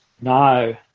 No